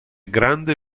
grande